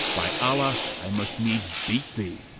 by allah, i must needs beat thee.